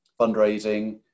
fundraising